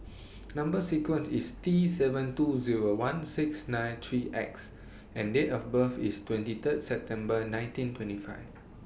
Number sequence IS T seven two Zero one six nine three X and Date of birth IS twenty Third September nineteen twenty five